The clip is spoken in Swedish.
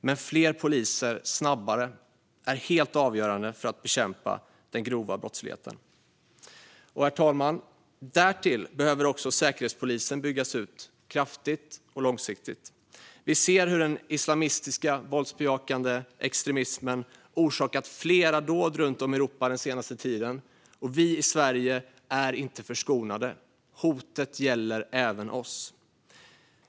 Men fler poliser snabbare är helt avgörande för att bekämpa den grova brottsligheten. Herr talman! Därtill behöver också Säkerhetspolisen byggas ut kraftigt och långsiktigt. Vi ser hur den islamistiska våldsbejakande extremismen har legat bakom flera dåd runt om i Europa den senaste tiden. Vi i Sverige är inte förskonade. Hotet gäller även oss.